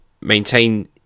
maintain